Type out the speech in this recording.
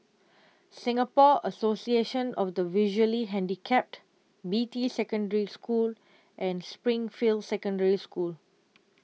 Singapore Association of the Visually Handicapped Beatty Secondary School and Springfield Secondary School